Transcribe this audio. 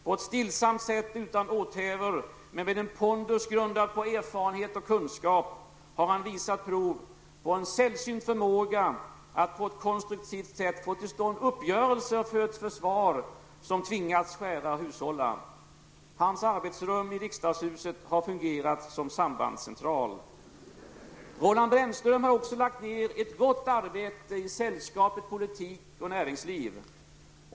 På ett stillsamt sätt utan åthävor, men med en pondus grundad på erfarenhet och kunskap har han visat prov på en sällsynt förmåga att på ett konstruktivt sätt få till stånd uppgörelser för ett försvar somt tvingats skära och hushålla. Hans arbetsrum i riksdagshuset har fungerat som sambandscentral. Roland Brännström har också lagt ner ett gott arbete i ''Sällskapet politik och näringsliv''.